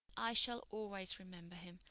i shall always remember him,